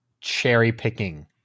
cherry-picking